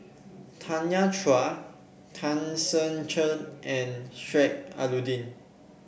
Tanya Chua Tan Ser Cher and Sheik Alau'ddin